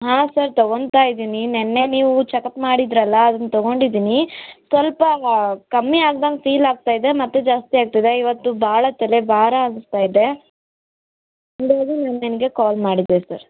ಹಾಂ ಸರ್ ತೊಗೊತಾ ಇದ್ದೀನಿ ನೆನ್ನೆ ನೀವು ಚೆಕಪ್ ಮಾಡಿದ್ದಿರಲ್ಲ ಅದನ್ನು ತೊಗೊಂಡಿದ್ದೀನಿ ಸ್ವಲ್ಪ ಕಮ್ಮಿ ಆಗ್ದಂಗೆ ಫೀಲ್ ಆಗ್ತಾ ಇದೆ ಮತ್ತೆ ಜಾಸ್ತಿ ಆಗ್ತಿದೆ ಇವತ್ತು ಭಾಳ ತಲೆ ಭಾರ ಅನಿಸ್ತಾ ಇದೆ ಹಾಗಾಗಿ ನಾನು ನಿಮಗೆ ಕಾಲ್ ಮಾಡಿದ್ದೆ ಸರ್